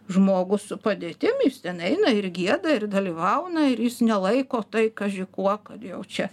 žmogus su padėtim jis ten eina ir gieda ir dalyvauna ir jis nelaiko tai kaži kuo kad jau čia